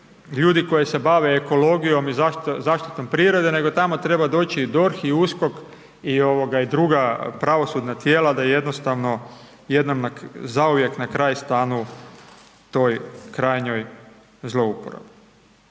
ljudi koji se bave ekologijom i zaštitom prirode, nego tamo treba doći DORH i USKOK i druga pravosudna tijela da jednostavno jednom zauvijek na kraju stanu toj krajnjoj zlouporabi.